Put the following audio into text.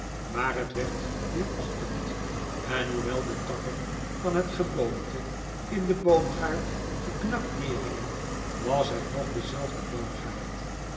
maar het werd weer ochtend en hoewel de takken van het geboomte in den boomgaard geknakt neerhingen was het nog dezelfde boomgaard